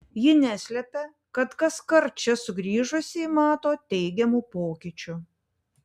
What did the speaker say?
ji neslepia kad kaskart čia sugrįžusi mato teigiamų pokyčių